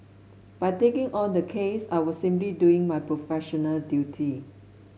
by taking on the case I was simply doing my professional duty